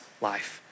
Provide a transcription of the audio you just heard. life